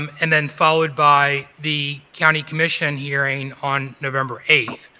um and then followed by the county commission hearing on november eighth.